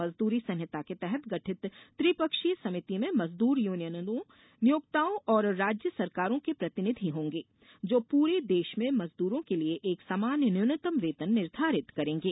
मज़दूरी संहिता के तहत गठित त्रिपक्षीय समिति में मज़दूर यूनियनों नियोक्ताओं और राज्य सरकारों के प्रतिनिधि होंगे जो पूरे देश में मजदूरों के लिये एक समान न्यूनतम वेतन निर्धारित करेंगे